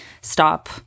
stop